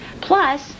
plus